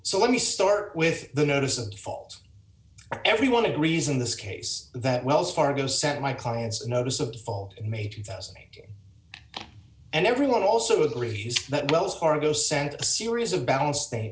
so let me start with the notice of default everyone agrees in this case that wells fargo sent my client's notice of default in may two thousand and everyone also agrees that wells fargo sent a series of balance they